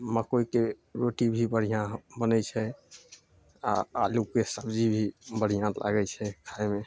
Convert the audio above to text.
मकइके रोटी भी बढ़िआँ बनय छै आओर आलूके सब्जी भी बढ़िआँ लागय छै खाइमे